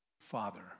Father